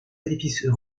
édifices